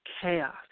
chaos